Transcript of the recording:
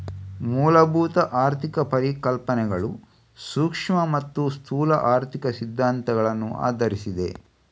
ಮೂಲಭೂತ ಆರ್ಥಿಕ ಪರಿಕಲ್ಪನೆಗಳು ಸೂಕ್ಷ್ಮ ಮತ್ತೆ ಸ್ಥೂಲ ಆರ್ಥಿಕ ಸಿದ್ಧಾಂತಗಳನ್ನ ಆಧರಿಸಿದೆ